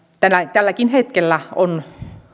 tälläkin hetkellä on